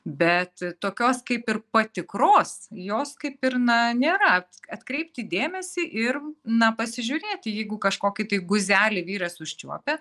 bet tokios kaip ir patikros jos kaip ir na nėra atkreipti dėmesį ir na pasižiūrėti jeigu kažkokį tai guzelį vyras užčiuopia